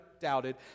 doubted